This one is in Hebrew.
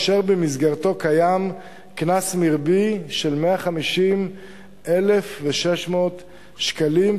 אשר במסגרתו קיים קנס מרבי של 150,600 שקלים,